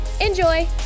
Enjoy